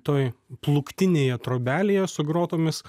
toj plūktinėje trobelėje su grotomis